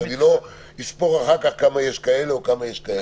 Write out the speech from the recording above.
לא אספור אחר כך כמה יש כאלה וכמה יש כאלה.